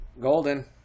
golden